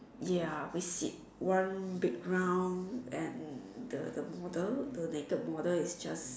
ya we sit one big round and the the model the naked model is just